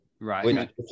Right